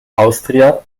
austria